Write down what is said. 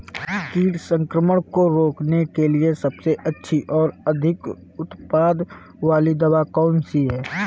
कीट संक्रमण को रोकने के लिए सबसे अच्छी और अधिक उत्पाद वाली दवा कौन सी है?